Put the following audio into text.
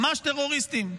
ממש טרוריסטים.